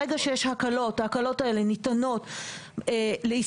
ברגע שיש הקלות ההקלות הללו ניתנות לעסקאות